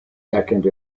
second